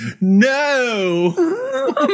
no